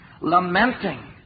lamenting